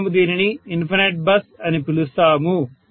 కావున మనము దీనిని ఇన్ఫనైట్ బస్ అని పిలుస్తాము